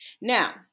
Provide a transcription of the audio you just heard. Now